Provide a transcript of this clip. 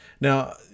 Now